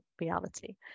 reality